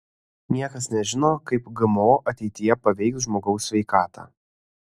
niekas nežino kaip gmo ateityje paveiks žmogaus sveikatą